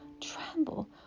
tremble